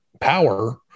power